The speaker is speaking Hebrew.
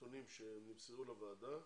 הנתונים שנמסרו לוועדה,